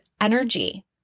energy